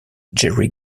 gerry